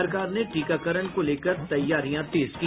सरकार ने टीकाकरण को लेकर तैयारियां तेज की